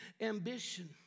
ambition